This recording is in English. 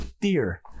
dear